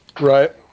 Right